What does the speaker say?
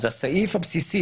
הסעיף הבסיסי,